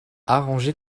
arranger